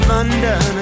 London